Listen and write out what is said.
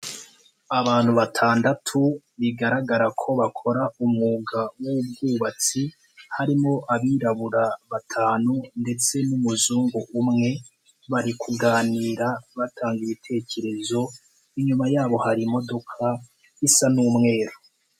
Abantu batandatu bigaragara ko bakora umwuga w'ubwubatsi, harimo abirabura batanu ndetse n'umuzungu umwe bari kuganira batanga ibitekerezo, inyuma yabo hari imodoka isa n'umweru.